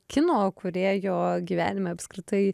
kino kūrėjo gyvenime apskritai